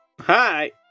Hi